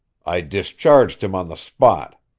i discharged him on the spot.